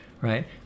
right